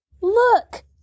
Look